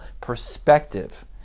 perspective